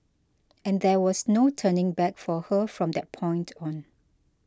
and there was no turning back for her from that point on